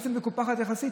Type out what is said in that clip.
הכנסת מקופחת יחסית.